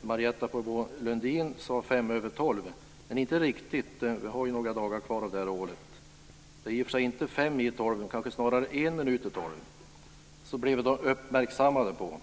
Marietta de Pourbaix-Lundin sade fem över tolv, men det är inte riktigt så - vi har ju några dagar kvar av det här året. Det var i och för sig inte heller fem i tolv, utan kanske snarare en minut i tolv som vi blev uppmärksammade på